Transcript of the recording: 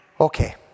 Okay